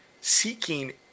seeking